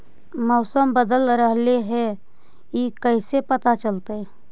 मौसम बदल रहले हे इ कैसे पता चलतै?